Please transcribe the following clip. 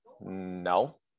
No